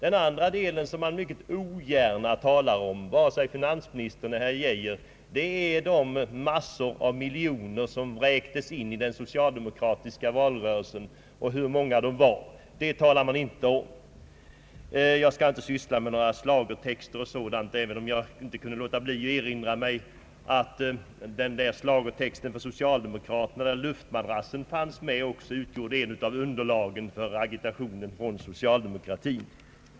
En annan sak som man mycket ogärna talar om — detta gäller såväl finansministern som herr Geijer — är de massor av miljoner som vräktes in i den so cialdemokratiska valrörelsen. Hur många var de? Det talar man inte om. Jag skall inte syssla med några schlagertexter eller liknande, även om jag inte kan låta bli att erinra om att den där schlagertexten för socialdemokraterna där luftmadrassen fanns med utgjorde ett av underlagen för agitationen från dem.